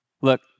Look